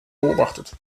beobachtet